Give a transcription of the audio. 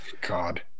god